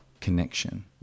connection